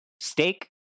steak